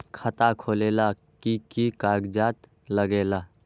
खाता खोलेला कि कि कागज़ात लगेला?